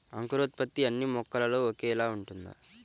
అంకురోత్పత్తి అన్నీ మొక్కలో ఒకేలా ఉంటుందా?